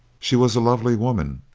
she was a lovely woman,